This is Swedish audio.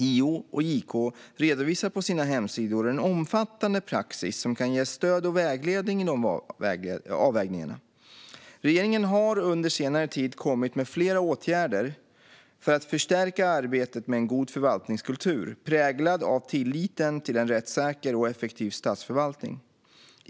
JO och JK redovisar på sina hemsidor en omfattande praxis som kan ge stöd och vägledning i de avvägningarna. Regeringen har under senare tid kommit med flera åtgärder för att förstärka arbetet med en god förvaltningskultur, präglad av tilliten till en rättssäker och effektiv statsförvaltning.